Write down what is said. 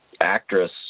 actress